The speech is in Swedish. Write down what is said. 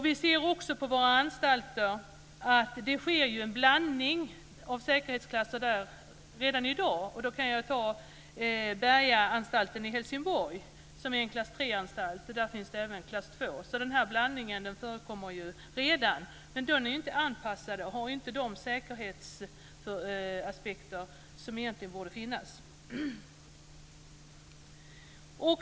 Vi ser på våra anstalter att det sker en blandning av säkerhetsklasser redan i dag. Jag kan nämna Bergaanstalten i Helsingborg som är en klass 3-anstalt. Där finns även klass 2. Den här blandningen förekommer redan, men den är inte anpassad med tanke på de säkerhetsaspekter som egentligen borde finnas.